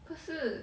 可是